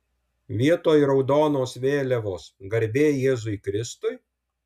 vietoj raudonos vėliavos garbė jėzui kristui